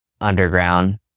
underground